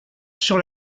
sur